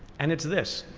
and it's this